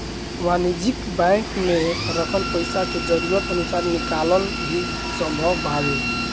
वाणिज्यिक बैंक में रखल पइसा के जरूरत अनुसार निकालल भी संभव बावे